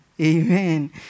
Amen